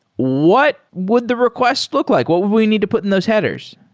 what would the request look like? what would we need to put in those headers?